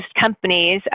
companies